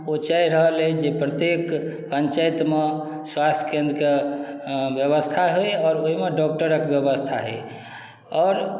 ओ चाही रहल अछि जे प्रत्येक पंचायत मे स्वास्थ केन्द्र के व्यवस्था होइ आओर ओहिमे डॉक्टरक व्यवस्था होइ आओर